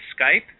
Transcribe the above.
Skype